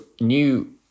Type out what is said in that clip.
new